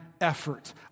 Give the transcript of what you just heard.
effort